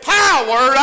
power